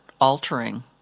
altering